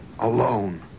alone